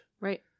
Right